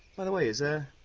by the way, is, er,